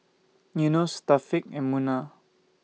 Yunos and Munah